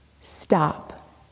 Stop